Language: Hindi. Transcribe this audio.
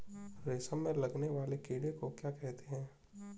रेशम में लगने वाले कीड़े को क्या कहते हैं?